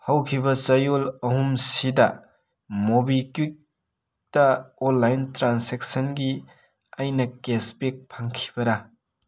ꯍꯧꯈꯤꯕ ꯆꯌꯣꯜ ꯑꯍꯨꯝꯁꯤꯗ ꯃꯣꯕꯤꯀ꯭ꯋꯤꯛꯇ ꯑꯣꯜꯂꯥꯏꯟ ꯇ꯭ꯔꯥꯁꯦꯛꯁꯟꯒꯤ ꯑꯩꯅ ꯀꯦꯁꯕꯦꯛ ꯐꯪꯈꯤꯕꯔ